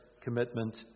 commitment